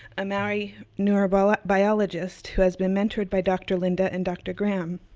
a maori neurobiologist, who has been mentored by dr. linda and dr. graham,